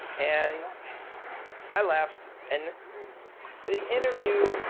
and i left, and the interview